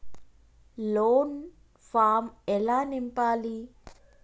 Loan form ఎలా నింపాలి?